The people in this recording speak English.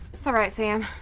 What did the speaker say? it's alright sam.